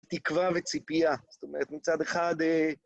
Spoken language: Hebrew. תקווה וציפייה. זאת אומרת, מצד אחד...